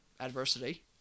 adversity